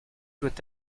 doit